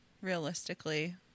Realistically